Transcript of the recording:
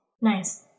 Nice